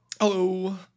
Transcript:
Hello